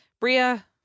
Bria